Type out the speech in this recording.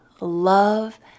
love